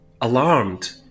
alarmed